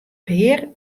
pear